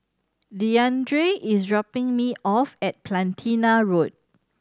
Deandre is dropping me off at Platina Road